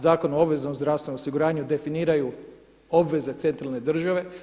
Zakona o obveznom zdravstvenom osiguranju definiraju obveze centralne države.